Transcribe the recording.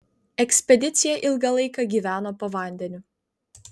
ekspedicija ilgą laiką gyveno po vandeniu